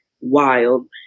wild